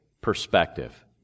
perspective